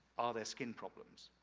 are there skin problems?